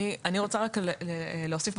אני רוצה להוסיף.